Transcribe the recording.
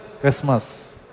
Christmas